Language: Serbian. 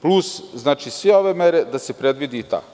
Plus, znači sve ove mere, da se predvidi i ta.